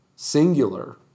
singular